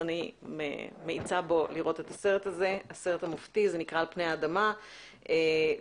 אני מאיצה בו לראות את הסרט המופתי הזה שנקרא "על פני האדמה"; לצפות